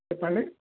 చెప్పండి